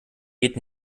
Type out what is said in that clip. geht